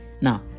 now